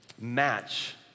match